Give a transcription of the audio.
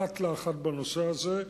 אחת לאחת, בנושא הזה.